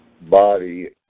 body